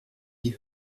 die